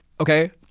okay